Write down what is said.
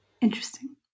Interesting